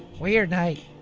weird night.